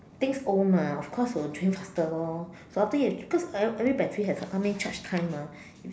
things old mah of course will change faster lor so after you cause every battery has a how many charge time mah